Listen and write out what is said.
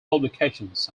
publications